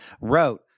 wrote